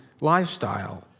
lifestyle